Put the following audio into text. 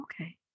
Okay